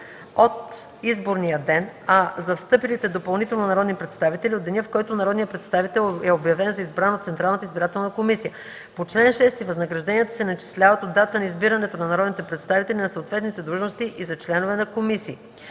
от изборния ден, а за встъпилите допълнително народни представители - от деня, в който народният представител е обявен за избран от Централната избирателна комисия. По чл. 6 възнагражденията се начисляват от датата на избирането на народните представители на съответните длъжности и за членове на комисии.